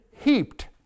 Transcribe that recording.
heaped